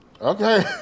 Okay